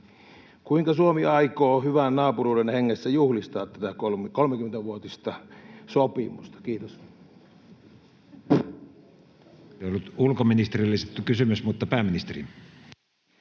kuinka Suomi aikoo hyvän naapuruuden hengessä juhlistaa tätä 30-vuotista sopimusta? — Kiitos.